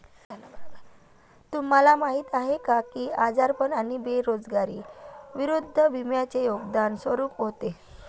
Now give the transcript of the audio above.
तुम्हाला माहीत आहे का की आजारपण आणि बेरोजगारी विरुद्ध विम्याचे योगदान स्वरूप होते?